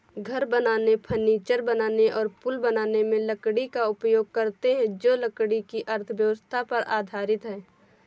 घर बनाने, फर्नीचर बनाने और पुल बनाने में लकड़ी का उपयोग करते हैं जो लकड़ी की अर्थव्यवस्था पर आधारित है